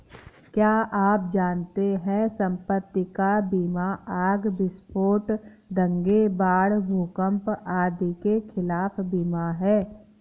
क्या आप जानते है संपत्ति का बीमा आग, विस्फोट, दंगे, बाढ़, भूकंप आदि के खिलाफ बीमा है?